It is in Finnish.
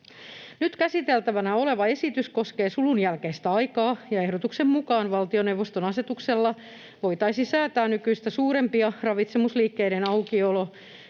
Nyt käsiteltävänä oleva esitys koskee sulun jälkeistä aikaa, ja ehdotuksen mukaan valtioneuvoston asetuksella voitaisiin säätää nykyistä suurempia ravitsemusliikkeiden aukiolo-